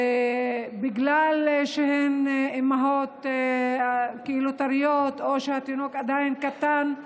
בגלל שהן אימהות טריות או שהתינוק עדיין קטן,